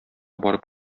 барып